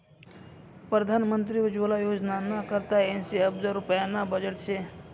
परधान मंत्री उज्वला योजनाना करता ऐंशी अब्ज रुप्याना बजेट शे